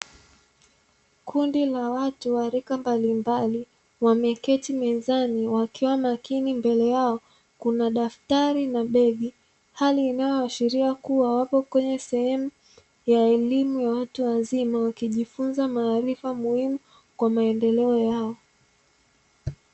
Kundi la watu wa rika mbalimbali wameketi mezani wakiwa makini, mbele yao kuna daftari na begi. Hali inayoashiria kuwa wapo kwenye sehemu ya elimu ya watu wazima, wakijifunza maarifa muhimu kwa maendeleo yao.